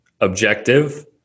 objective